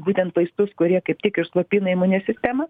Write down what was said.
būtent vaistus kurie kaip tik ir slopina imuninę sistemą